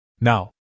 Now